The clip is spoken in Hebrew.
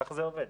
כך זה עובד.